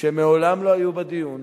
שמעולם לא היו בדיון,